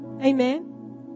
Amen